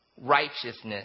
righteousness